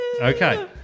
Okay